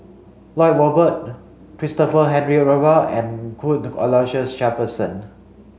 Lloyd Valberg Christopher Henry Rothwell and Cuthbert Aloysius Shepherdson